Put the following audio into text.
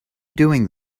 doing